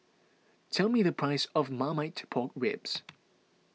tell me the price of Marmite Pork Ribs